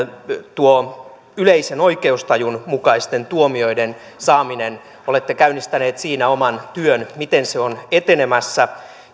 yleisen oikeustajun mukaisten tuomioiden saaminen olette käynnistänyt siinä oman työn miten se on etenemässä